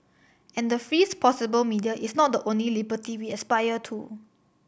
and the freest possible media is not the only liberty we aspire to